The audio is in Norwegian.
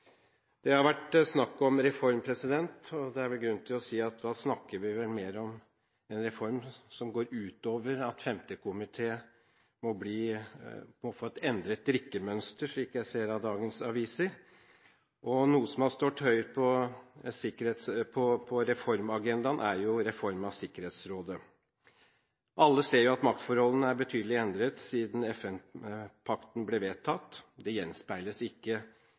Det har vært snakk om reform, og det er vel grunn til å si at vi da snakker om mer enn en reform som går ut på at FNs 5. komité må få et endret drikkemønster, som jeg ser av dagens aviser. Noe som har stått høyt på reformagendaen, er reform av Sikkerhetsrådet. Alle ser at maktforholdene er betydelig endret siden FN-pakten ble vedtatt, og det gjenspeiles ikke